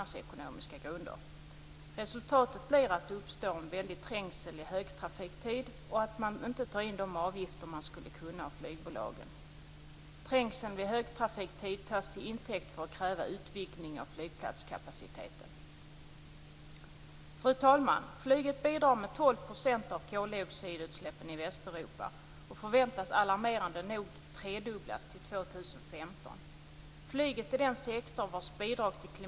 Dessutom vill TBI, fru talman, satsa nära 700 miljoner kronor på att bygga upp en fungerande infrastruktur runt Skavsta.